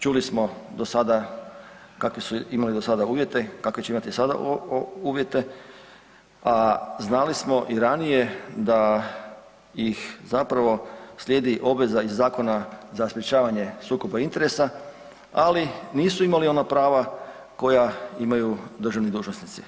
Čuli smo do sada kakve su imali do sada uvjete, kakve će imati sada uvjete, a znali smo i ranije da ih zapravo slijedi obveza iz Zakona za sprečavanje sukoba interesa, ali nisu imali ona prava koja imaju državni dužnosnici.